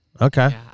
Okay